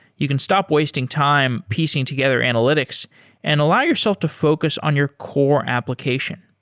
you can stop wasting time piecing together analytics and allow yourself to focus on your core application.